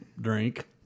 drink